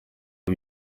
aba